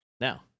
Now